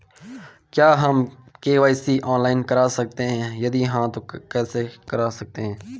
क्या हम KYC online करा सकते हैं यदि हाँ तो कैसे करा सकते हैं?